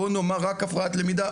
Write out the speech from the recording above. בוא נאמר רק הפרעת למידה,